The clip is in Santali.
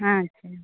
ᱟᱪᱪᱷᱟ